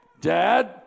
dad